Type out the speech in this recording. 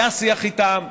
היה שיח איתם,